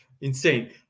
insane